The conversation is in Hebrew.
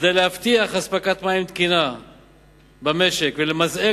כדי להבטיח אספקת מים תקינה במשק ולמזער